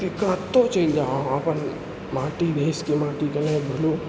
कि कतहु चलि जाउ अहाँ अपन माटि देशके माटिके नहि भूलू